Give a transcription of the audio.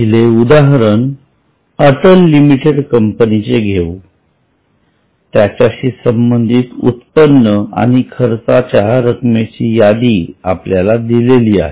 पहिले उदाहरण अटल लिमिटेड कंपनीचे घेऊ त्याच्याशी संबंधित उत्पन्न आणि खर्चाच्या रक्कमेची यादी आपल्याला दिलेली आहे